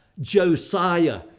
Josiah